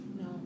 No